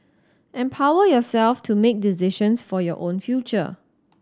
empower yourself to make decisions for your own future